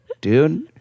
dude